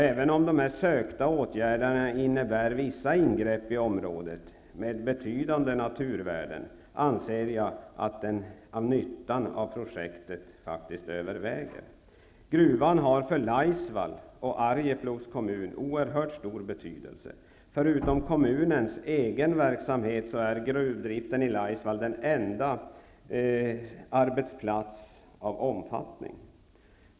Även om de sökta åtgärderna innebär vissa ingrepp i områden med betydande naturvärden, anser jag att nyttan av projektet faktiskt överväger. Gruvan har för Laisvalls och Arjeplogs kommun oerhört stor betydelse. Förutom kommunens egen verksamhet är gruvdriften i Laisvall den enda arbetsplatsen av omfattning.